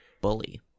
Bully